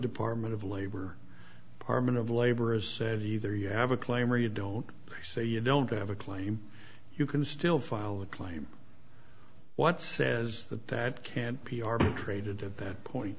department of labor department of labor as either you have a claim or you don't so you don't have a claim you can still file a claim what says that that can't be arbitrated to that point